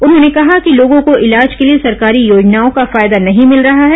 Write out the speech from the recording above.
उन्होंने कहा कि लोगों को इलाज के लिए सरकारी योजनाओं का फायदा नहीं मिल रहा है